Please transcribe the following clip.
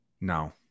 No